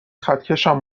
خطکشم